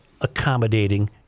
accommodating